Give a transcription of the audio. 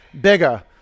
bigger